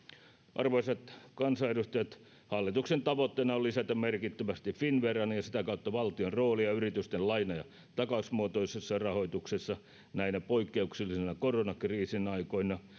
arvoisat kansanedustajat hallituksen tavoitteena on lisätä merkittävästi finnveran ja ja sitä kautta valtion roolia yritysten laina ja takausmuotoisessa rahoituksessa näinä poikkeuksellisina koronakriisin aikoina